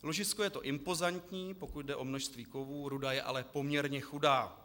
Ložisko je to impozantní, pokud jde o množství kovů, ruda je ale poměrně chudá.